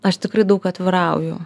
aš tikrai daug atvirauju